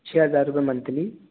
छ हजार रुपए मंथली